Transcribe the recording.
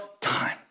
time